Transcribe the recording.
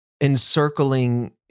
encircling